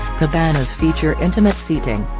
cabanas feature intimate seating,